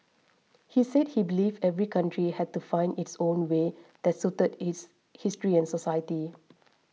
he said he believed every country had to find its own way that suited its history and society